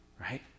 right